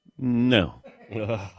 No